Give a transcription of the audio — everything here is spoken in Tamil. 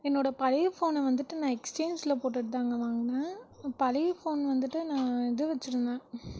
என்னோடய பழைய ஃபோனை வந்துட்டு நான் எக்ஸ்சேஞ்சில் போட்டுட்டுதாங்க வாங்கினேன் பழைய ஃபோன் வந்துட்டு நான் இது வச்சுருந்தேன்